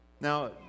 Now